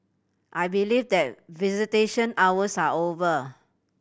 I believe that visitation hours are over